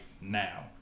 now